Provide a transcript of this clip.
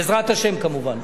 בעזרת השם, כמובן.